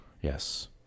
Yes